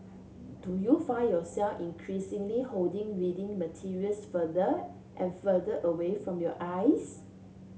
do you find yourself increasingly holding reading materials further and further away from your eyes